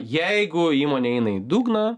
jeigu įmonė eina į dugną